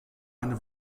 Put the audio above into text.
eine